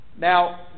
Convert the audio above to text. Now